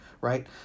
right